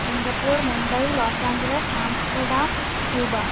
Singapore Mumbai Los Angeles Amsterdam Cuba